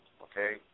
okay